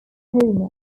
oklahoma